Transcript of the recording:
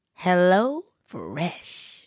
HelloFresh